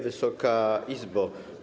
Wysoka Izbo!